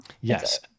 Yes